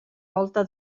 volta